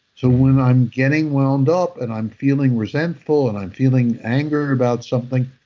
so, when i'm getting wound up and i'm feeling resentful and i'm feeling anger about something,